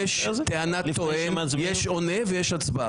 יש טוען, יש עונה ויש הצבעה.